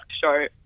show